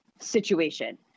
situation